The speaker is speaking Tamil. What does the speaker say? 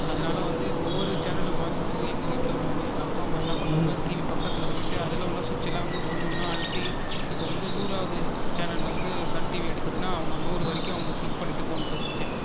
அதனால வந்து ஒவ்வொரு சேனலும் மாற்றும் போது எங்கள் வீட்டில் உள்ளவங்க எங்கள் அப்பா அம்மா என்ன பண்ணுவாங்க டிவி பக்கத்தில் போய்ட்டு அதில் உள்ளே சுவிட்ச்சுல்லாம் வந்து ஒன்று ஒன்றா அழுத்தி இப்போ வந்து நூறாவது சேனலில் வந்து சன் டிவி எடுக்குதுன்னா அவங்க நூறு வரைக்கும் அவங்க க்ளிக் பண்ணிகிட்டு போகணும் இந்த ஸ்விட்ச்சை